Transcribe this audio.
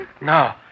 No